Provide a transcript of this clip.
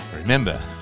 Remember